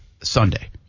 Sunday